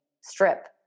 strip